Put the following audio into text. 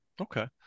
Okay